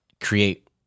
create